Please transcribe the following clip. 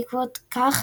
ובעקבות כך